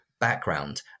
background